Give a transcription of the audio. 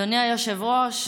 אדוני היושב-ראש,